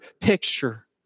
picture